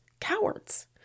Cowards